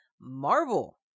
Marvel